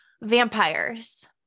Vampires